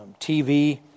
TV